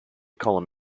column